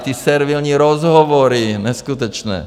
Ty servilní rozhovory, neskutečné.